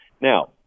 Now